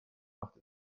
macht